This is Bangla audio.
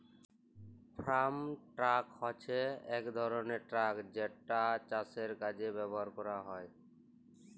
ফার্ম ট্রাক হছে ইক ধরলের ট্রাক যেটা চাষের জ্যনহে ব্যাভার ক্যরা হ্যয়